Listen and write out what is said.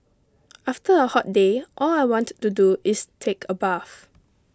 after a hot day all I want to do is take a bath